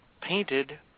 painted